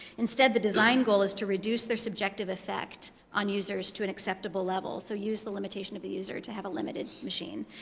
instead, the design goal is to reduce their subjective effect on users to an acceptable level. so, use the limitation of the user to have a limited machine.